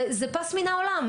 זה פס מן העולם.